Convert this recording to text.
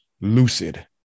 lucid